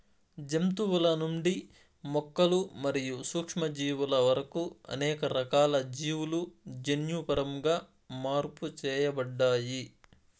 జంతువుల నుండి మొక్కలు మరియు సూక్ష్మజీవుల వరకు అనేక రకాల జీవులు జన్యుపరంగా మార్పు చేయబడ్డాయి